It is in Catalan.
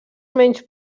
menys